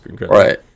Right